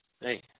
Hey